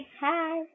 Hi